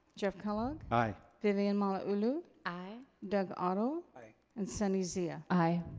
jeff kellogg? aye. vivian malauulu? aye. doug otto? aye. and sunny zia? aye.